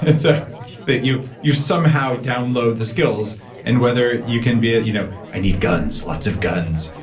and so that you you somehow download the skills and whether you can be, you know i need guns, lots of guns,